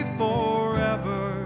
forever